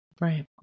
Right